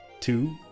two